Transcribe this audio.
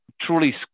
truly